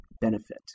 benefit